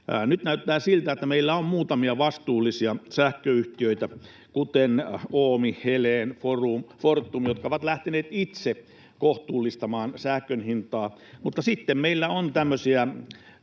Nyt näyttää siltä, että meillä on muutamia vastuullisia sähköyhtiöitä, kuten Oomi, Helen, Fortum, jotka ovat lähteneet itse kohtuullistamaan sähkön hintaa. Mutta sitten meillä on tämmöisiä